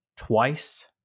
Twice